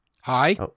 Hi